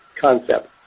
concept